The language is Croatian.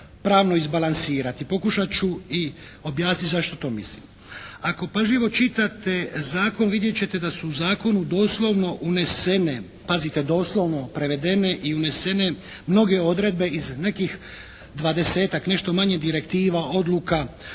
pravno izbalansirati. Pokušat ću i objasniti zašto to mislim? Ako pažljivo čitate zakon vidjet ćete da su u zakonu doslovno unesene, pazite doslovno prevedene i unesene mnoge odredbe iz nekih dvadesetak, nešto manje direktiva, odluka